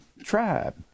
tribe